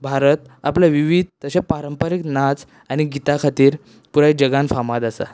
भारत आपले विविध तशेंच पारंपारीक नाच आनी गितां खातीर पुराय जगांत फामाद आसा